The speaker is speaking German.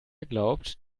glaubt